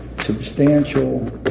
substantial